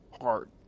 heart